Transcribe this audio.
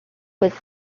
was